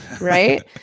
Right